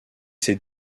ses